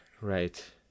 Right